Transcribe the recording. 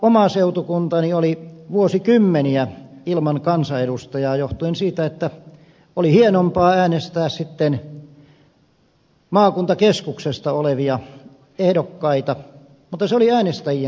oma seutukuntani oli vuosikymmeniä ilman kansanedustajaa johtuen siitä että oli hienompaa äänestää sitten maakuntakeskuksesta olevia ehdokkaita mutta se oli äänestäjien vaalitapa